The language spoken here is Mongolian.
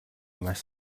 маш